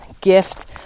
gift